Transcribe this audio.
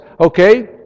okay